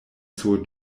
sur